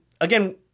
again